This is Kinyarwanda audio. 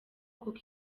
kuko